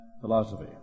philosophy